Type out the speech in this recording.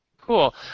Cool